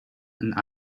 and